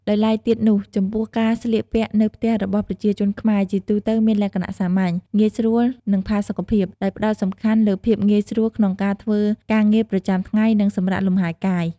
ដោយឡែកទៀតនោះ ចំពោះការស្លៀកពាក់នៅផ្ទះរបស់ប្រជាជនខ្មែរ ជាទូទៅមានលក្ខណៈសាមញ្ញ ងាយស្រួល និងផាសុកភាព ដោយផ្ដោតសំខាន់លើភាពងាយស្រួលក្នុងការធ្វើការងារប្រចាំថ្ងៃ និងសម្រាកលំហែកាយ។